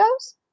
goes